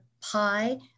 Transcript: Pi